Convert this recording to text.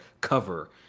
cover